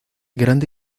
grande